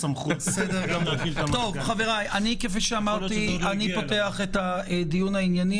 פותח את הדיון העניין.